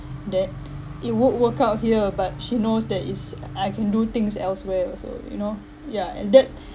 that it would work out here but she knows there is I can do things elsewhere also you know ya and that